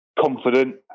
confident